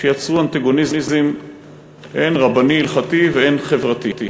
שיצרו אנטגוניזם הן רבני-הלכתי והן חברתי.